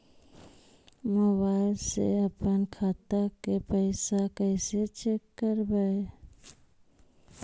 Mobile से अपन खाता के पैसा कैसे चेक करबई?